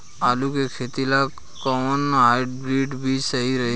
आलू के खेती ला कोवन हाइब्रिड बीज सही रही?